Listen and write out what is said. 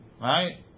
right